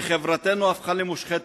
וחברתנו הפכה למושחתת,